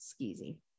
skeezy